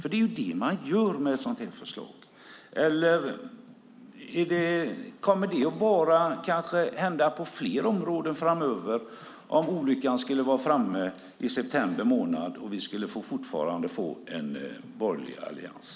Det är ju det man gör med ett sådant här förslag. Har man tänkt sig att göra det på fler områden framöver, om nu olyckan skulle vara framme i september och vi skulle få fortsatt borgerlig majoritet?